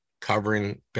covering